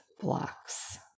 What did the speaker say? blocks